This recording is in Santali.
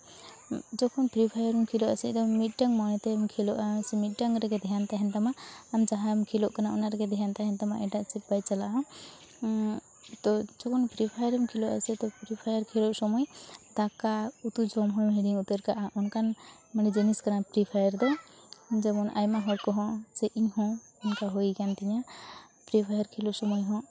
ᱡᱚᱠᱷᱚᱱ ᱯᱷᱨᱤ ᱯᱷᱟᱭᱟᱨᱮᱢ ᱠᱷᱮᱞᱳᱜᱼᱟ ᱥᱮ ᱮᱠᱫᱚᱢ ᱢᱤᱫᱴᱟᱝ ᱢᱚᱱᱮ ᱛᱮᱢ ᱠᱷᱮᱹᱞᱳᱜᱼᱟ ᱥᱮ ᱢᱤᱫᱴᱟᱝ ᱨᱮᱜᱮ ᱫᱷᱮᱭᱟᱱ ᱛᱟᱦᱮᱱ ᱛᱟᱢᱟ ᱟᱢ ᱡᱟᱦᱟᱢ ᱠᱷᱮᱞᱳᱜ ᱠᱟᱱᱟ ᱚᱱᱟ ᱨᱮᱜᱮ ᱫᱷᱮᱭᱟᱱ ᱛᱟᱦᱮᱱ ᱛᱟᱢᱟ ᱮᱴᱟᱜ ᱥᱮᱫ ᱵᱟᱭ ᱪᱟᱞᱟᱜᱼᱟ ᱛᱚ ᱡᱚᱠᱷᱚᱱ ᱯᱷᱨᱤ ᱯᱷᱟᱭᱟᱨᱮᱢ ᱠᱷᱮᱞᱳᱜᱼᱟ ᱥᱮ ᱛᱚᱠᱷᱚᱱ ᱯᱷᱨᱤ ᱯᱷᱟᱭᱟᱨ ᱠᱷᱮᱹᱞᱳᱜ ᱥᱚᱢᱚᱭ ᱫᱟᱠᱟ ᱩᱛᱩ ᱡᱚᱢ ᱦᱚᱸᱢ ᱦᱤᱲᱤᱧ ᱩᱛᱟᱹᱨ ᱠᱟᱜᱼᱟ ᱚᱱᱠᱟᱱ ᱢᱟᱱᱮ ᱡᱤᱱᱤᱥ ᱠᱟᱱᱟ ᱯᱷᱨᱤ ᱯᱷᱟᱭᱟᱨ ᱫᱚ ᱡᱮᱢᱚᱱ ᱟᱭᱢᱟ ᱦᱚᱲ ᱠᱚᱦᱚᱸ ᱥᱮ ᱤᱧ ᱦᱚᱸ ᱚᱱᱠᱟ ᱦᱩᱭ ᱠᱟᱱ ᱛᱤᱧᱟᱹ ᱯᱷᱤ ᱯᱷᱟᱭᱟᱨ ᱠᱷᱮᱞᱳᱜ ᱥᱚᱢᱚᱭ ᱦᱚᱸ